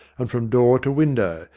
and from door to window,